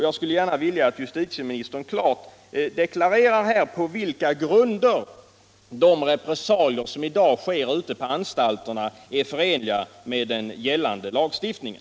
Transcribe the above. Jag skulle gärna vilja att justitieministern här klart deklarerade på vilka grunder de repressalier som i dag förekommer ute på anstalterna är förenliga med den gällande lagstiftningen.